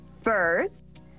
first